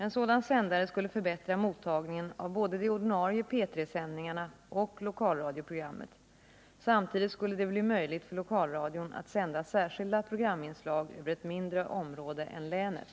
En sådan sändare skulle förbättra mottagningen av både de ordinarie P 3-sändningarna och lokalradioprogrammet. Samtidigt skulle det bli möjligt för lokalradion att sända särskilda programinslag över ett mindre område än länet.